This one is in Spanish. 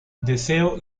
deseo